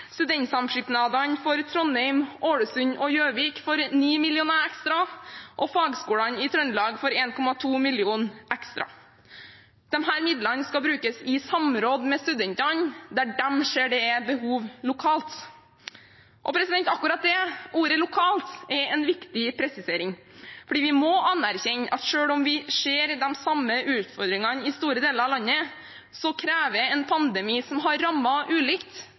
Studentsamskipnadene for Trondheim, Ålesund og Gjøvik får 9 mill. kr ekstra, og fagskolene i Trøndelag får 1,2 mill. kr. ekstra. Disse midlene skal brukes i samråd med studentene der de ser det er behov lokalt. Akkurat det ordet, «lokalt», er en viktig presisering, for vi må anerkjenne at selv om vi ser de samme utfordringene i store deler av landet, så krever en pandemi som har rammet ulikt,